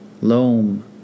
loam